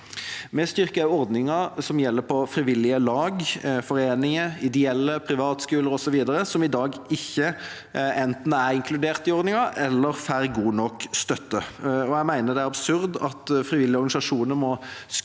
Vi styrker også ordningen som gjelder for frivillige lag, foreninger, ideelle, privatskoler osv., som i dag enten ikke er inkludert i ordningen eller ikke får god nok støtte. Jeg mener det er absurd at frivillige organisasjoner må skru